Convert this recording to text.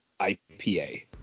IPA